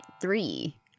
three